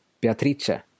Beatrice